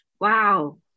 Wow